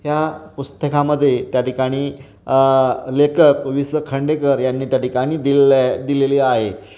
ह्या पुस्तकामध्ये त्या ठिकाणी लेखक वि स खांडेकर यांनी त्या ठिकाणी दिलेल्या आहे दिलेली आहे